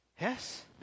Yes